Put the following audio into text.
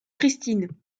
christine